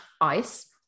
ice